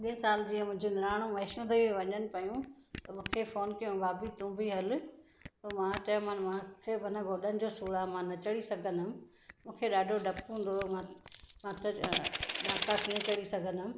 अॻे साल जीअं मुंहिंजी निणानूं वैष्णो देवी वञणु पियूं त मूंखे फ़ोन कयो भाभी तूं बि हलु त मां चयमां मुंखे पंहिंजे गोॾनि जो सूर आहे मां न चढ़ी सघंदमि मूंखे ॾाढो डपु हूंदो हो ॾाका कीअं चढ़ी सघंदमि